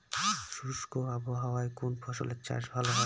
শুষ্ক আবহাওয়ায় কোন ফসলের চাষ ভালো হয়?